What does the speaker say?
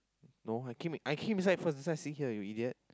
no I came I came inside first that's why I sit here you idiot